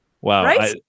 wow